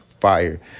fire